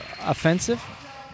offensive